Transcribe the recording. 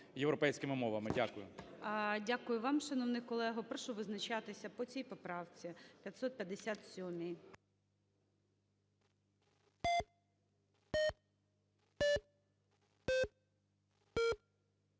європейськими мовами. Дякую. ГОЛОВУЮЧИЙ. Дякую вам, шановний колего. Прошу визначатися по цій поправці 557.